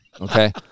Okay